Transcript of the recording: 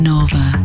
Nova